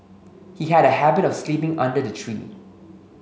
he had a habit of sleeping under the tree